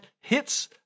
hits